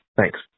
Thanks